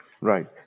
Right